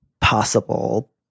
possible